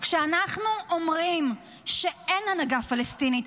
כשאנחנו אומרים שאין הנהגה פלסטינית,